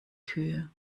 kühe